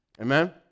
Amen